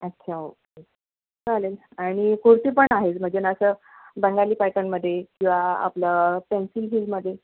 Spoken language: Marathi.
अच्छा ओके चालेल आणि कुर्ती पण आहे म्हणजे ना असं बंगाली पॅटर्नमध्ये किंवा आपलं पेन्सिल हिलमध्ये